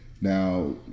Now